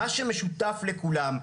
מה שמשותף לכולם,